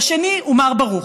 והשני הוא מר ברוך.